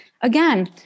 again